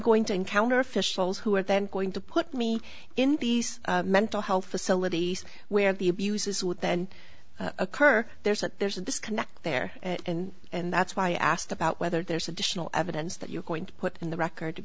going to encounter officials who are then going to put me in these mental health facilities where the abuses would then occur there's a there's a disconnect there and and that's why i asked about whether there's additional evidence that you're going to put in the record if